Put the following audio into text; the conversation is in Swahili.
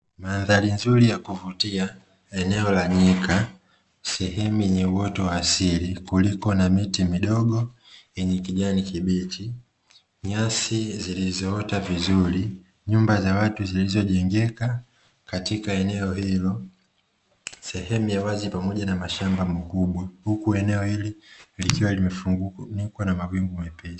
Mandhari nzuri ya kuvutia eneo la nyika sehemu yenye uoto wa asili kuliko na miti midogo yenye kijani kibichi, nyasi zilizoota vizuri nyumba za watu zilizojengeka katika eneo hilo sehemu ya wazi pamoja na mashamba makubwa, huku eneo hili likiwa limefunikwa na mawingu mepesi.